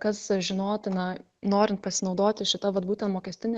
kas žinotina norint pasinaudoti šita vat būtent mokestine